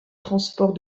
transport